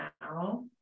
now